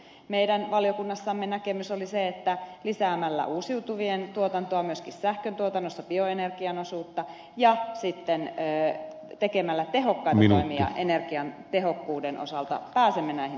meidän valiokunnassamme näkemys oli se että lisäämällä uusiutuvien tuotantoa myöskin sähkötuotannossa bioenergian osuutta ja sitten tekemällä tehokkaita toimia energiatehokkuuden osalta pääsemme näihin tavoitteisiin